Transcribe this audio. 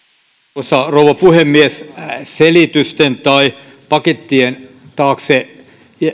arvoisa rouva puhemies selitysten tai pakettien taakse